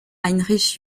heinrich